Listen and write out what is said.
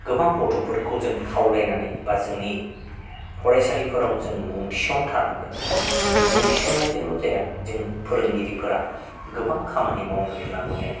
गोबां गथ'फोरखौ जों खावलायनानै एबा जोंनि फरायसालिफोराव जों मुं थिसन थारनांगोन मुं थिसननायजोंल' जाया जों फोरोंगिरिफोरा गोबां खामानि मावनो गोनां दङ